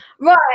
Right